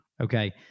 Okay